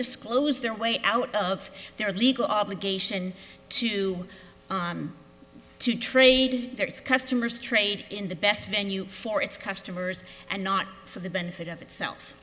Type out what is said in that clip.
disclose their way out of their legal obligation to to trade their its customers trade in the best venue for its customers and not for the benefit of itself